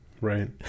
right